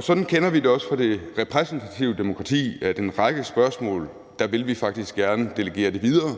Sådan kender vi det også fra det repræsentative demokrati. En række spørgsmål vil vi faktisk gerne delegere videre,